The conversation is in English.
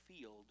field